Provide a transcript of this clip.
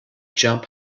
jump